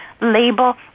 label